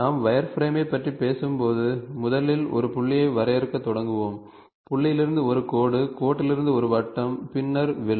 நாம் வயர்ஃப்ரேமைப் பற்றி பேசும்போது முதலில் ஒரு புள்ளியை வரையறுக்கத் தொடங்குவோம் புள்ளியிலிருந்து ஒரு கோடு கோட்டிலிருந்து ஒரு வட்டம் பின்னர் வில்